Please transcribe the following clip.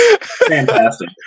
fantastic